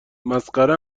مسخره